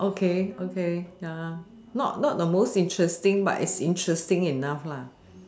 okay okay ya not not the most interesting but it's interesting enough lah